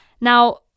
Now